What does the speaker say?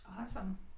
Awesome